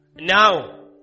Now